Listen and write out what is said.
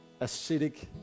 acidic